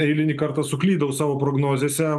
eilinį kartą suklydau savo prognozėse